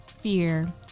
fear